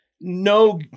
no